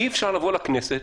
אי-אפשר לבוא לכנסת,